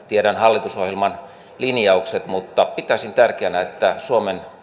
tiedän hallitusohjelman linjaukset pitäisin tärkeänä että suomen